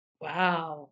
Wow